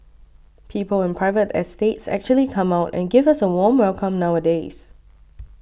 people in private estates actually come out and give us a warm welcome nowadays